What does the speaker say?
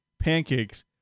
pancakes